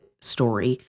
story